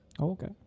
Okay